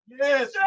yes